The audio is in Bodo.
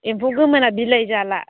एम्फौ गोमोना बिलाइ जाला